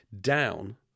down